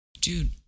Dude